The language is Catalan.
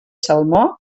salmó